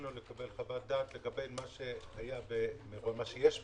ממנו לקבל חוות דעת לגבי מה שיש במירון.